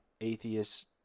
atheists